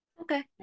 Okay